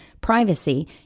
privacy